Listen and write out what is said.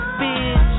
bitch